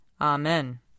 Amen